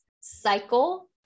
cycle